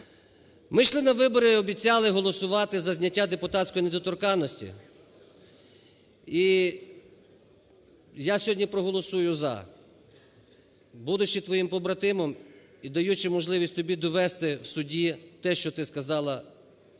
Ми йшли на вибори і обіцяли голосувати за зняття депутатської недоторканності. І я сьогодні проголосую "за", будучи твоїм побратимом і даючи можливість тобі довести в суді те, що ти сказала в ЗМІ, що